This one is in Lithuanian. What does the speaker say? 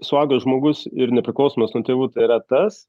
suaugęs žmogus ir nepriklausomas nuo tėvų tai yra tas